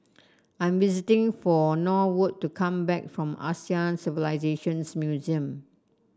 I'm for Norwood to come back from Asian Civilisations Museum